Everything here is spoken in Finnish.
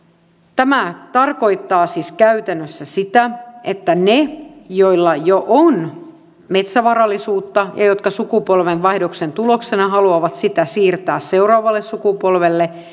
tämä tarkoittaa siis käytännössä sitä että ne joilla jo on metsävarallisuutta ja jotka sukupolvenvaihdoksen tuloksena haluavat sitä siirtää seuraavalle sukupolvelle